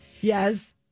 Yes